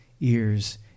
ears